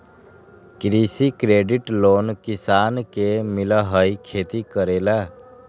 कृषि credit loan किसान के मिलहई खेती करेला?